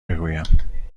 بگویم